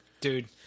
Dude